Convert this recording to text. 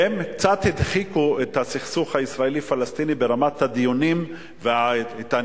הם קצת הדחיקו את הסכסוך הישראלי-פלסטיני ברמת הדיונים וההתעניינות,